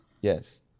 Yes